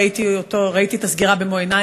ראיתי את הסגירה במו עיני,